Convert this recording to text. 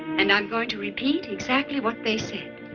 and i'm going to repeat exactly what they said.